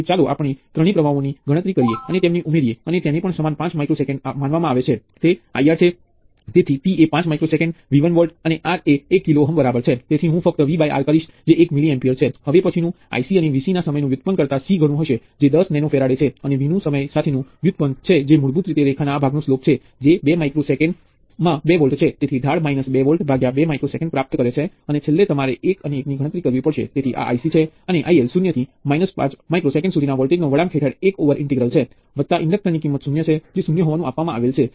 તેથી જો આપણી પાસે સંખ્યાબંધ વોલ્ટેજ સ્ત્રોત સીરિઝ માં છે તો પરિણામ એ એક સ્વતંત્ર વોલ્ટેજ સ્રોત પણ છે અને વોલ્ટેજ સ્ત્રોત નું મૂલ્ય એ બધા વ્યક્તિગત વોલ્ટેજ ના સ્ત્રોત મૂલ્યો નો સરવાળો છે